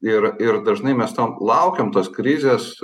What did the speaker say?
ir ir dažnai mes ten laukiam tos krizės